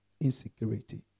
Insecurity